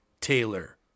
Taylor